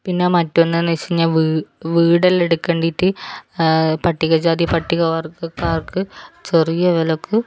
പിന്നെ മറ്റൊന്നെന്ന് വെച്ച് കഴിഞ്ഞാൽ വീടെല്ലാം എടുക്കേണ്ടിട്ട് പട്ടികജാതി പട്ടികവർഗക്കാർക്ക് ചെറിയ വിലയ്ക്ക്